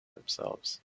themselves